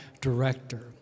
director